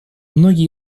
многие